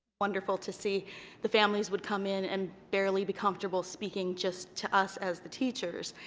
wonderful to see the families would come in and barely be comfortable speaking just to us as the teachers,